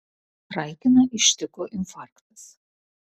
raikiną ištiko infarktas